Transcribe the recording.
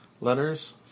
Letters